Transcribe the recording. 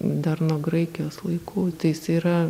dar nuo graikijos laikų tai jis yra